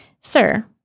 Sir